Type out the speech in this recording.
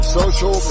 social